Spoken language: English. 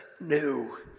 new